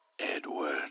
Edward